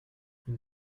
une